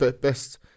best